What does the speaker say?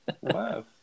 Wow